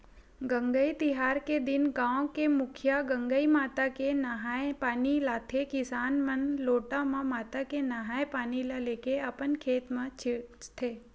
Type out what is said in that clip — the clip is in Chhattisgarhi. गंगई तिहार के दिन गाँव के मुखिया गंगई माता के नंहाय पानी लाथे किसान मन लोटा म माता के नंहाय पानी ल लेके अपन खेत म छींचथे